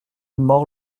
mords